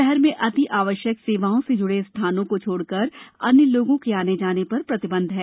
शहर में अतिआवश्यक सेवाओं से जुड़े स्थानों छोड़कर अन्य लोगों के आने जाने पर प्रतिबंध है